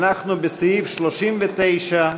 אנחנו בסעיף 39,